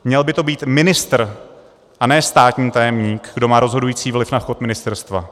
Měl by to být ministr a ne státní tajemník, kdo má rozhodující vliv na chod ministerstva.